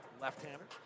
Left-hander